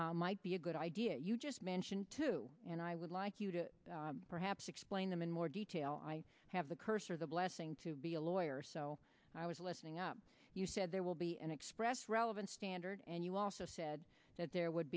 expeditions might be a good idea mention too and i would like you to perhaps explain them in more detail i have the curse or the blessing to be a lawyer so i was listening up you said there will be an express relevant standard and you also said that there would